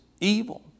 evil